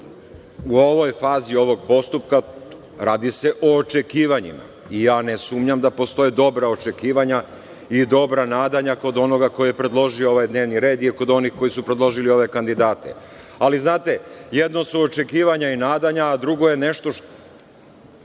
da u fazi ovog postupka radi se o očekivanjima i ja ne sumnjam da postoje dobra očekivanja i dobra nadanja kod onoga koji je predložio ovaj dnevni red i kod onih koji su predložili ove kandidate, ali jedno su očekivanja i nadanja, a dugo je nešto kakvi